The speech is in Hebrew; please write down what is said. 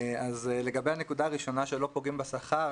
לגבי הנקודה הראשונה שלא פוגעים בשכר,